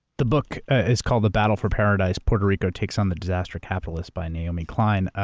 the book is called the battle for paradise puerto rico takes on the disaster capitalists by naomi klein.